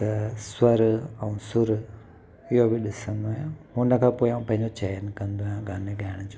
त स्वर ऐं सुर इहो बि ॾिसंदो आहियां उन खां पहिरों पंहिंजो चयन कंदो आहियां गाने खे ॻाइण जो